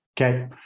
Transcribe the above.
Okay